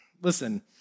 Listen